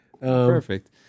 perfect